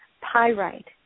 pyrite